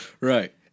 Right